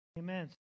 Amen